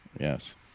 Yes